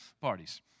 parties